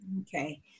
okay